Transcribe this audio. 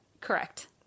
Correct